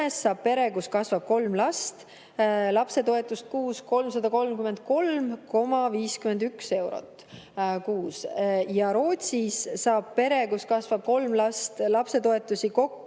saab pere, kus kasvab kolm last, lapsetoetust 333,51 eurot kuus ja Rootsis saab pere, kus kasvab kolm last, lapsetoetusi kokku